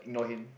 ignore him